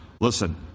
Listen